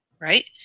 Right